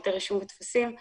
פרטי רישום וטפסים,